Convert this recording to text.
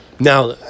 Now